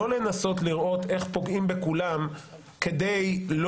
לא לנסות לראות איך פוגעים בכולם כדי לא